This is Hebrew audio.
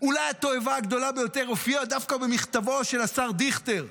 אולי התועבה הגדולה הופיעה דווקא במכתבו של השר דיכטר,